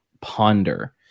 ponder